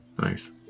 Nice